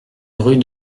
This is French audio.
rue